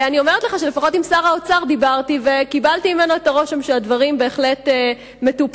לפחות עם שר האוצר דיברתי וקיבלתי ממנו את הרושם שהדברים בהחלט מטופלים,